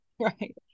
Right